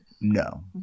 No